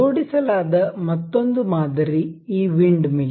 ಜೋಡಿಸಲಾದ ಮತ್ತೊಂದು ಮಾದರಿ ಈ ವಿಂಡ್ಮಿಲ್